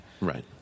Right